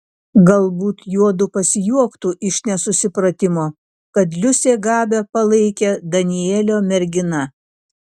galbūt juodu pasijuoktų iš nesusipratimo kad liusė gabę palaikė danielio mergina